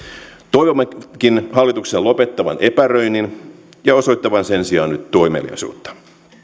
toivommekin hallituksen lopettavan epäröinnin ja osoittavan sen sijaan nyt toimeliaisuutta